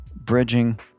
bridging